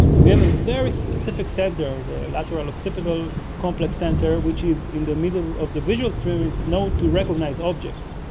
we have a very specific centre, the lateral occipital complex centre which is in the middle of the visual stream and so known to recognise objects.